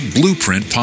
Blueprint